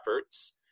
efforts